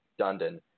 Dundon